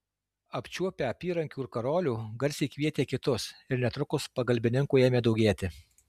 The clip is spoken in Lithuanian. apčiuopę apyrankių ir karolių garsiai kvietė kitus ir netrukus pagalbininkų ėmė daugėti